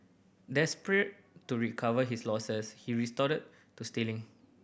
desperate to recover his losses he resorted to stealing